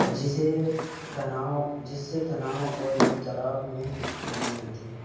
جسے تناؤ جس سے تناؤ اور اضطراب میں کمی آتی ہے